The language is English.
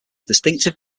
distinctive